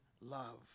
love